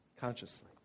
consciously